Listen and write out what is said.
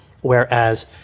whereas